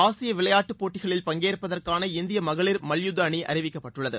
ஆசிய விளையாட்டுப் போட்டிகளில் பங்கேற்பதற்கான இந்திய மகளிர் மல்யுத்த அணி அறிவிக்கப்பட்டுள்ளது